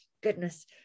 goodness